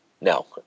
No